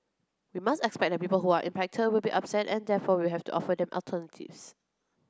we must expect that people who are impacted will be upset and therefore we have to offer them alternatives